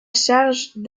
charge